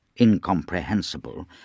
incomprehensible